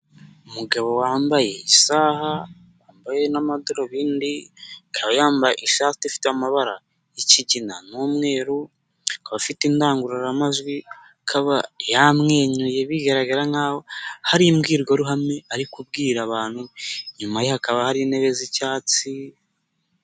Umugabo wambaye isaha, wambaye n'amadarubindi, akaba yambaye ishati ifite amabara y'ikigina n'umweru, abafite indangururamajwi, akaba yamwenyuye bigaragara nkaho hari imbwirwaruhame ari kubwira abantu, inyuma ye hakaba hari intebe z'icyatsi.